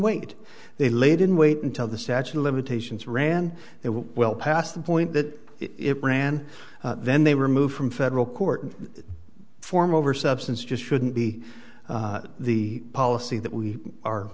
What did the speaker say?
wait they laid in wait until the statute of limitations ran it was well past the point that it ran then they removed from federal court form over substance just shouldn't be the policy that we are